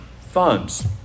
funds